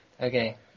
Okay